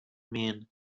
mean